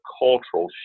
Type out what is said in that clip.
cultural